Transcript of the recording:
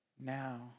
now